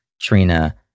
Trina